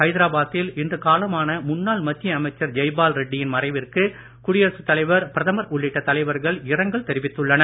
ஐதராபாத்தில் இன்று காலமான முன்னாள் மத்திய அமைச்சர் ஜெய்பால் ரெட்டி யின் மறைவிற்கு குடியரசுத் தலைவர் பிரதமர் உள்ளிட்ட தலைவர்கள் இரங்கல் தெரிவித்துள்ளனர்